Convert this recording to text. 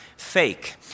fake